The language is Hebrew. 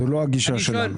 זאת לא הגישה שלנו.